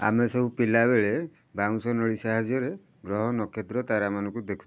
ଆମେ ସବୁ ପିଲାବେଳେ ବାଉଁଶ ନଳୀ ସାହାଯ୍ୟରେ ଗ୍ରହ ନକ୍ଷତ୍ର ତାରାମାନଙ୍କୁ ଦେଖୁଥିଲୁ